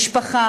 משפחה